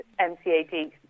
MCAD